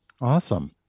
awesome